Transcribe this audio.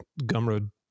gumroad